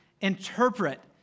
interpret